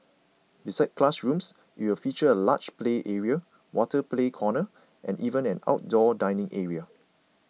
besides classrooms it will feature a large play area water play corner and even an outdoor dining area